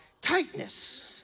tightness